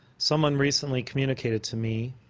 someone recently communicated to me